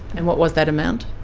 and what was that amount?